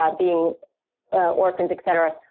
ah being orphans, etc,